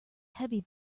heavy